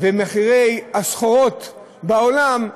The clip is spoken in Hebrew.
ובמחירי הסחורות בעולם,